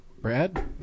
Brad